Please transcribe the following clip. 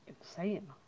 insane